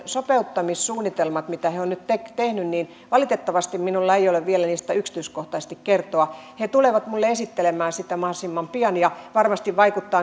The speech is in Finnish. sopeuttamissuunnitelmista mitä he ovat nyt tehneet minä en valitettavasti voi vielä yksityiskohtaisesti kertoa he tulevat minulle esittelemään niitä mahdollisimman pian varmasti